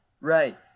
right